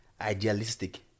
idealistic